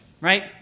right